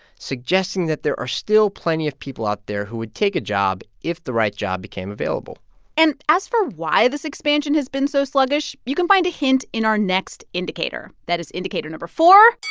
suggesting that there are still plenty of people out there who would take a job if the right job became available and as for why this expansion has been so sluggish, you can find a hint in our next indicator. that is indicator no. four.